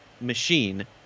machine